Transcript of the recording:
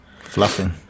fluffing